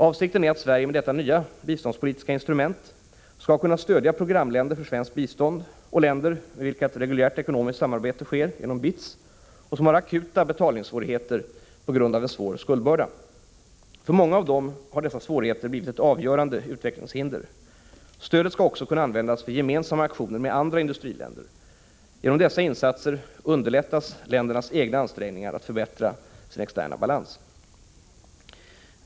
Avsikten är att Sverige med detta nya biståndspolitiska instrument skall kunna stödja det svenska biståndets programländer och länder med vilka ett reguljärt ekonomiskt samarbete sker genom BITS och som har akuta betalningssvårigheter på grund av en svår skuldbörda. För många av dem har dessa svårigheter blivit ett avgörande utvecklingshinder. Stödet skall också kunna användas för gemensamma aktioner med andra industriländer. Genom dessa insatser underlättas ländernas egna ansträngningar att förbättra sin externa balans.